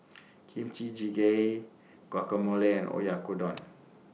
Kimchi Jjigae Guacamole Oyakodon